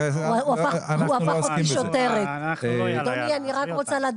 אנחנו נרצה תשובות גם מרשות